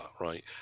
right